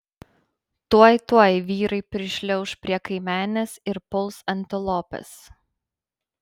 tuoj tuoj vyrai prišliauš prie kaimenės ir puls antilopes